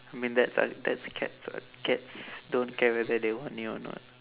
I mean that's all that's cats [what] cats don't care whether they want you or not